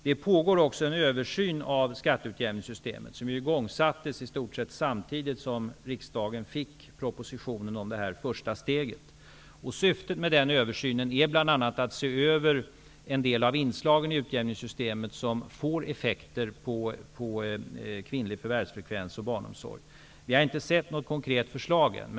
Det pågår också en översyn av skatteutjämningssystemet. Den sattes i gång i stort sett samtidigt som riksdagen fick propositionen om det första steget. Syftet med den översynen är bl.a. att se över en del av inslagen i utjämningssystemet som får effekter på kvinnlig förvärvsfrekvens och barnomsorg. Vi har inte sett något konkret förslag ännu.